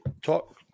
Talk